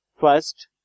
first